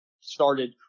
started –